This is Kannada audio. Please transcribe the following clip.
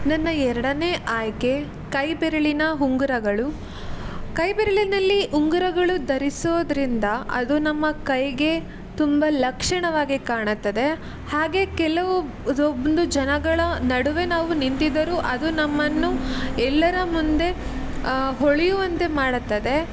ನನ್ನ ಎರಡನೇ ಆಯ್ಕೆ ಕೈ ಬೆರಳಿನ ಉಂಗುರಗಳು ಕೈ ಬೆರಳಿನಲ್ಲಿ ಉಂಗುರಗಳು ಧರಿಸೋದರಿಂದ ಅದು ನಮ್ಮ ಕೈಗೆ ತುಂಬ ಲಕ್ಷಣವಾಗಿ ಕಾಣುತ್ತದೆ ಹಾಗೇ ಕೆಲವು ಒಂದು ಜನಗಳ ನಡುವೆ ನಾವು ನಿಂತಿದ್ದರೂ ಅದು ನಮ್ಮನ್ನು ಎಲ್ಲರ ಮುಂದೆ ಹೊಳೆಯುವಂತೆ ಮಾಡುತ್ತದೆ